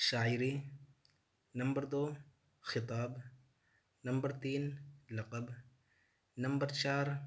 شاعری نمبر دو خطاب نمبر تین لقب نمبر چار